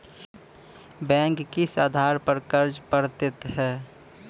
Bank किस आधार पर कर्ज पड़तैत हैं?